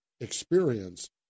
experience